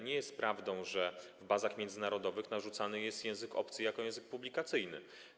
Nie jest prawdą, że w bazach międzynarodowych narzucany jest język obcy jako język publikacyjny.